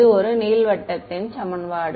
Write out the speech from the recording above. இது ஒரு நீள்வட்டத்தின் சமன்பாடு